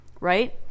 Right